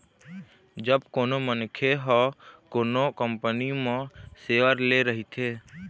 जब कोनो मनखे ह कोनो कंपनी म सेयर ले रहिथे